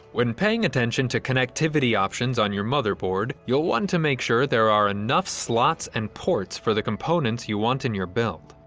when paying attention to connectivity options on your motherboard you'll want to make sure there are enough slots and ports for the components you want in your build.